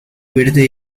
verte